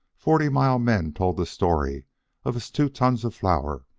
forty mile men told the story of his two tons of flour,